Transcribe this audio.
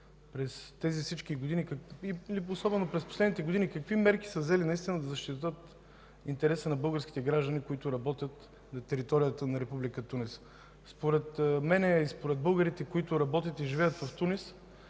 през всички тези години и особено през последните години какви мерки са взели да защитят интереса на българските граждани, които работят на територията на Република Тунис? Според мен и според българите, които работят и живеят в Тунис,